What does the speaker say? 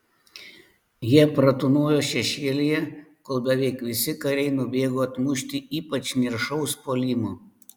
jie pratūnojo šešėlyje kol beveik visi kariai nubėgo atmušti ypač niršaus puolimo